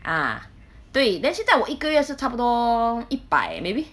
ah 对 then 现在我一个月是差不多一百 maybe